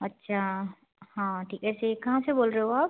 अच्छा हाँ ठीक है ऐसे कहाँ से बोल रहे हो आप